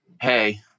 hey